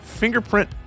fingerprint